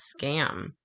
scam